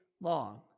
long